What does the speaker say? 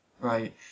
Right